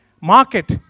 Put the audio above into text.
market